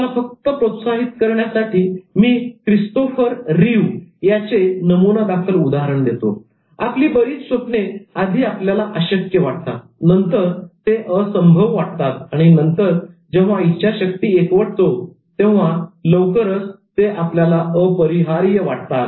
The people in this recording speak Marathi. तुम्हाला फक्त प्रोत्साहित करण्यासाठी मी क्रिस्तोफर रिव्ह याचे नमूना दाखल उदाहरण देतो "आपली बरेच स्वप्ने आधी आपल्याला अशक्य वाटतात नंतर ते असंभव वाटतात आणि नंतर जेव्हा इच्छाशक्ती एकवटतो तेव्हा लवकरच ते अपरिहार्य वाटतात